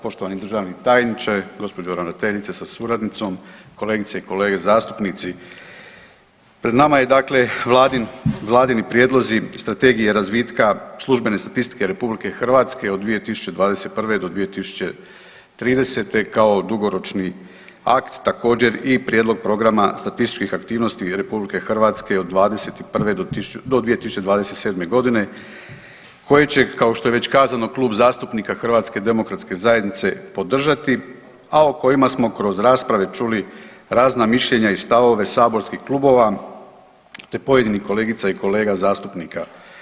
Poštovani državni tajniče, gospođo ravnateljice sa suradnicom, kolegice i kolege zastupnici pred nama je dakle vladin, vladini Prijedlozi Strategije razvitka službene statistike RH od 2021. do 2030. kao dugoročni akt, također i Prijedlog Programa statističkih aktivnosti RH do '21. do 2027. godine koji će kao što je već kazano Klub zastupnika HDZ-a podržati, a o kojima smo kroz rasprave čuli razna mišljenja i stavove saborskih klubova te pojedinih kolegica i kolega zastupnika.